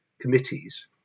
committees